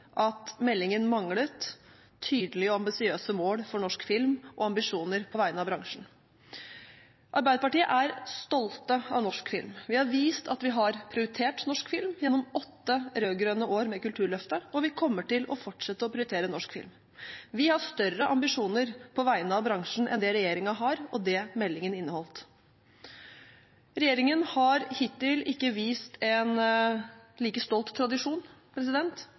at meldingen manglet tydelige og ambisiøse mål for norsk film og ambisjoner på vegne av bransjen. Arbeiderpartiet er stolt av norsk film. Vi har vist at vi har prioritert norsk film gjennom åtte rød-grønne år med Kulturløftet, og vi kommer til å fortsette å prioritere norsk film. Vi har større ambisjoner på vegne av bransjen enn det regjeringen har, og det meldingen inneholdt. Regjeringen har hittil ikke vist en like stolt tradisjon,